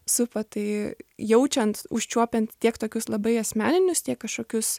supa tai jaučiant užčiuopiant tiek tokius labai asmeninius tiek kažkokius